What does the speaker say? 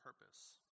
purpose